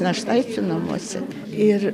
našlaičių namuose ir